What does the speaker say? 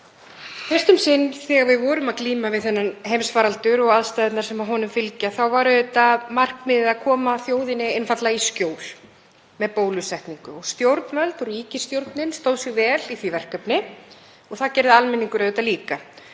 um sinn þegar við vorum að glíma við þennan heimsfaraldur og aðstæðurnar sem honum fylgja var auðvitað markmiðið að koma þjóðinni einfaldlega í skjól með bólusetningu. Stjórnvöld og ríkisstjórnin stóð sig vel í því verkefni og það gerði almenningur líka.